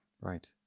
Right